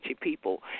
people